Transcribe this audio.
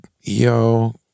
yo